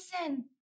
listen